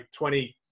20